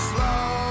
Slow